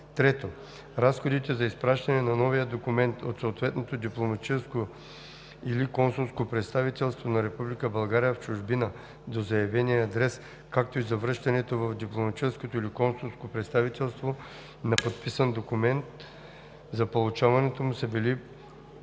3. разходите за изпращане на новия документ от съответното дипломатическо или консулско представителство на Република България в чужбина до заявения адрес, както и за връщането в дипломатическото или консулското представителство на подписан документ за получаването му са били